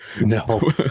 No